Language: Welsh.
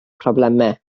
problemau